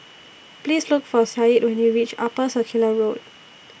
Please Look For Sadye when YOU REACH Upper Circular Road